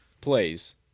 plays